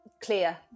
clear